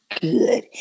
good